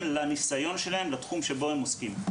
לניסיון שלהם בתחום שבו הם עוסקים.